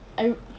I re~